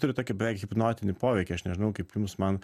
turi tokį beveik hipnotinį poveikį aš nežinau kaip jums man